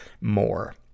more